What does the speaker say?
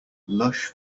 lush